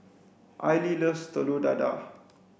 aili loves telur dadah